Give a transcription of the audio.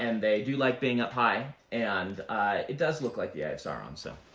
and they do like being up high, and it does look like the eye of sauron. so